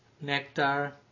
nectar